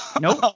Nope